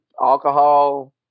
alcohol